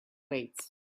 weights